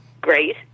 Great